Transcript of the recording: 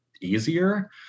easier